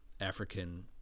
African